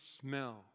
smell